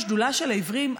בשדולה של העיוורים,